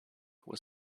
was